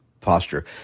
posture